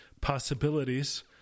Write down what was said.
possibilities